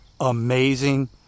amazing